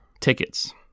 Tickets